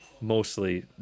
mostly